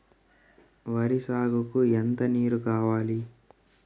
వరి సాగుకు ఎంత నీరు కావాలి?